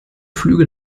flüge